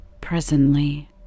presently